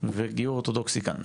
וגיור אורתודוקסי כאן.